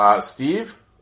Steve